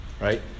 right